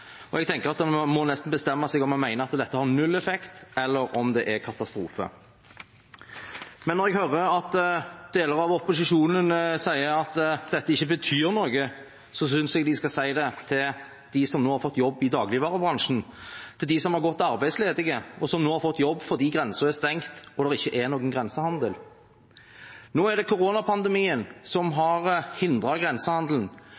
tenker jeg at man må nesten bestemme seg for om man mener at dette har null effekt, eller om det er katastrofe. Men når jeg hører at deler av opposisjonen sier at dette ikke betyr noe, synes jeg de skal si det til dem som nå har fått jobb i dagligvarebransjen, til dem som har gått arbeidsledige og nå har fått jobb fordi grensen er stengt og det ikke er noen grensehandel. Nå er det koronapandemien som